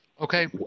Okay